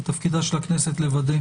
זה תפקיד הכנסת לוודא